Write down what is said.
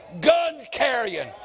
gun-carrying